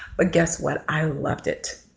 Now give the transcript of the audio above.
but guess what? i loved it.